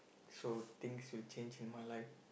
so things will change in my life